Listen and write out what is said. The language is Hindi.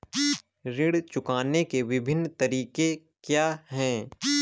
ऋण चुकाने के विभिन्न तरीके क्या हैं?